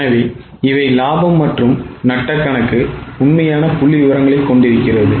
எனவே இவை லாபம் மற்றும் நட்ட கணக்கு உண்மையான புள்ளி விவரங்களை கொண்டிருக்கிறது